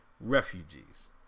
refugees